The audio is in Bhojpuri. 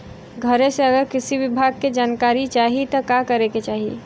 घरे से अगर कृषि विभाग के जानकारी चाहीत का करे के चाही?